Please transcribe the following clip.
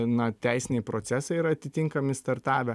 na teisiniai procesai yra atitinkami startavę